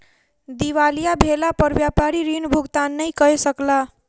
दिवालिया भेला पर व्यापारी ऋण भुगतान नै कय सकला